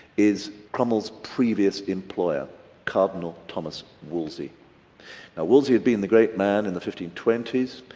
is cromwell's previous employer cardinal thomas wolsey. now wolsey had been the great man in the fifteen twenty s.